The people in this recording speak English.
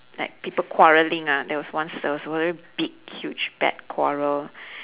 like people quarrelling ah there was once there was a very big huge bad quarrel